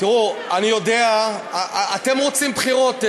תראו, אני יודע, אתם רוצים בחירות.